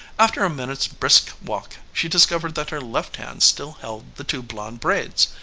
after a minute's brisk walk she discovered that her left hand still held the two blond braids.